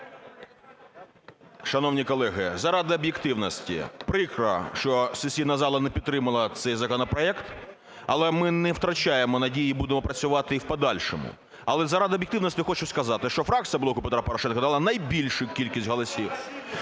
Шановні колеги, заради об'єктивності. Прикро, що сесійна зала не підтримала цей законопроект, але ми не втрачаємо надії і будемо працювати і в подальшому. Але заради об'єктивності хочу сказати, що фракція "Блоку Петра Порошенка" дала найбільшу кількість голосів.